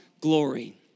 glory